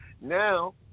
Now